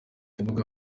mbuga